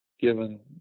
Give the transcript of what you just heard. given